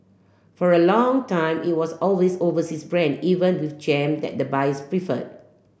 for a long time it was always overseas brand even with jam that buyers preferred